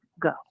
go